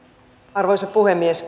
arvoisa puhemies